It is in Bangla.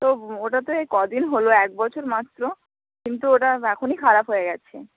তো ওটাতে তাহলে ক দিন হলো এক বছর মাত্র কিন্তু ওটা এখনই খারাপ হয়ে গেছে